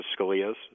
Scalia's